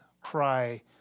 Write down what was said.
cry